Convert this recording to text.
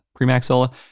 premaxilla